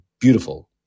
beautiful